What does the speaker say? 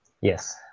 Yes